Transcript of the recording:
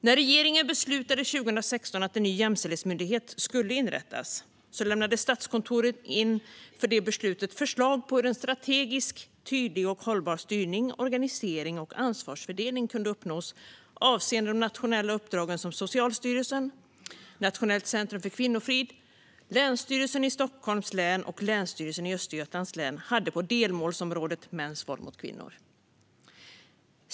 När regeringen 2016 beslutade att en ny jämställdhetsmyndighet skulle inrättas lämnade Statskontoret inför beslutet in förslag på hur en strategisk, tydlig och hållbar styrning, organisering och ansvarsfördelning kunde uppnås avseende de nationella uppdrag som Socialstyrelsen, Nationellt centrum för kvinnofrid, Länsstyrelsen i Stockholms län och Länsstyrelsen i Östergötlands län hade på delmålsområdet mäns våld mot kvinnor.